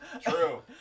True